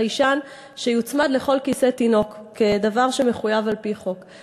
חיישן שיוצמד לכל כיסא תינוק כדבר שמחויב על-פי חוק.